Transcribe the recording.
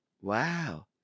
Wow